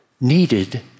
needed